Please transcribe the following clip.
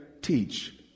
teach